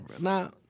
Now